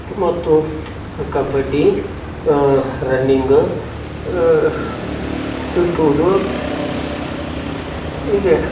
ಮತ್ತು ಕಬ್ಬಡ್ಡಿ ರನ್ನಿಂಗ್ ಸುತ್ತುವುದು ಹೀಗೆ